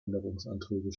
änderungsanträge